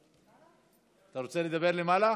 אתה רוצה לדבר מלמעלה?